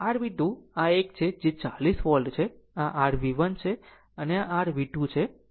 અને rV2 આ એક છે જે 40 વોલ્ટ છે આ rV1 છે અને આ rV2 છે